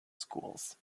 schools